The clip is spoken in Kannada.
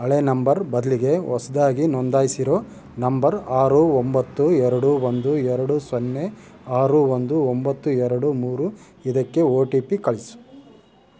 ಹಳೇ ನಂಬರ್ ಬದಲಿಗೆ ಹೊಸ್ದಾಗಿ ನೊಂದಾಯಿಸಿರೋ ನಂಬರ್ ಆರು ಒಂಬತ್ತು ಎರಡು ಒಂದು ಎರಡು ಸೊನ್ನೆ ಆರು ಒಂದು ಒಂಬತ್ತು ಎರಡು ಮೂರು ಇದಕ್ಕೆ ಒ ಟಿ ಪಿ ಕಳಿಸು